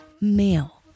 male